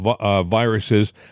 viruses